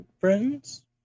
friends